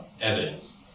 evidence